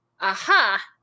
Aha